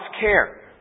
care